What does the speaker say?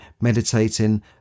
meditating